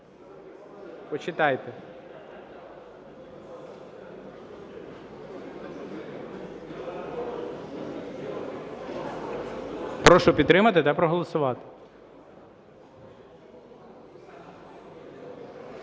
голосувати? Прошу підтримати та проголосувати.